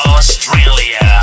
Australia